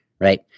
right